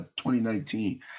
2019